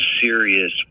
serious